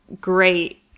great